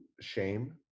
shame